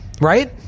Right